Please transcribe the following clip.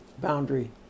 boundary